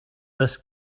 this